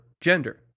gender